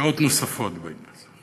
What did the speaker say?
שעות נוספות, באמת.